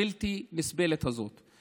הבלתי-נסבלת הזאת.